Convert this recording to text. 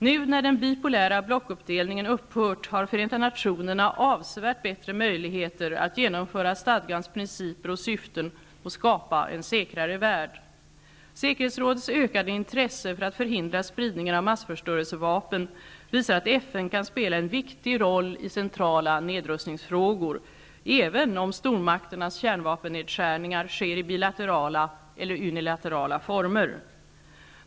Nu när den bipolära blockuppdelningen upphört har Förenta nationerna avsevärt bättre möjligheter att genomföra stadgans principer och syften att skapa en säkrare värld. Säkerhetsrådets ökade intresse för att förhindra spridningen av massförstörelsevapen visar att FN kan spela en viktig roll i centrala nedrustningsfrågor, även om stormakternas kärnvapennedskärningar sker i bilaterala eller unilaterala former.